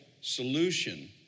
solution